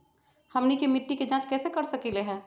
हमनी के मिट्टी के जाँच कैसे कर सकीले है?